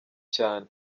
cyane